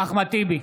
אחמד טיבי,